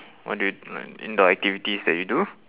what do you like indoor activities that you do